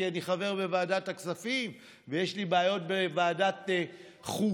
כי אני חבר בוועדת הכספים ויש לי בעיות בוועדת חוקה,